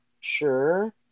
sure